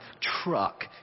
truck